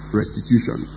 restitution